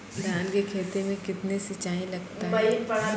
धान की खेती मे कितने सिंचाई लगता है?